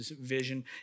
vision